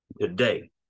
Today